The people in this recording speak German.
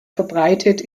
verbreitet